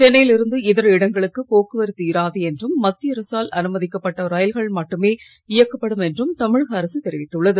சென்னையில் இருந்து இதர இடங்களுக்கு போக்குவரத்து இராது என்றும் மத்திய அரசால் அனுமதிக்கப்பட்ட ரயில்கள் மட்டுமே இயக்கப்படும் என்றும் தமிழக அரசு தெரிவித்துள்ளது